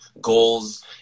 goals